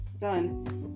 done